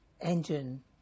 engine